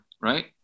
right